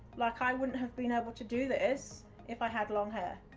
like i wouldn't have been able to do this if i had long hair.